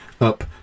up